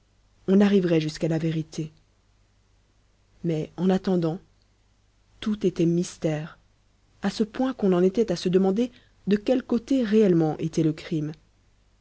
on arriverait jusqu'à la vérité mais en attendant tout était mystère à ce point qu'on en était à se demander de quel côté réellement était le crime